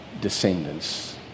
descendants